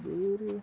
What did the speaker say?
ಬೇರೆ